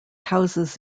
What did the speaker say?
houses